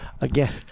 again